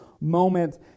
moment